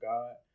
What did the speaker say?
God